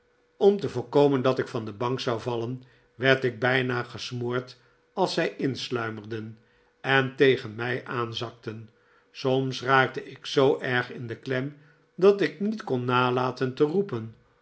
om te voorkomen dat ik van de bank zou vallen werd ik bijna gesmoord als zij insluimerden en tegen mij aanzakten soms raakte ik zoo erg in de klem dat ik niet kon nalaten te roepen